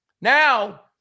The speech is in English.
now